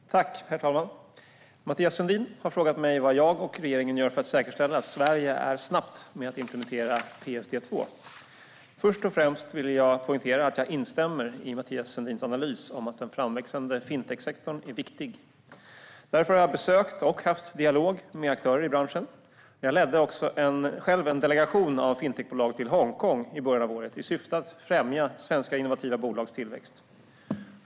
Herr talman! Mathias Sundin har frågat mig vad jag och regeringen gör för att säkerställa att Sverige är snabbt med att implementera PSD2. Först och främst vill jag poängtera att jag instämmer i Mathias Sundins analys att den framväxande fintechsektorn är viktig. Därför har jag besökt och haft dialog med aktörer i branschen. Jag ledde också själv en delegation av fintechbolag till Hongkong i början av året, i syfte att främja svenska innovativa bolags tillväxt.